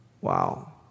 Wow